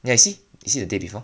neh you see you see the date before